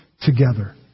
together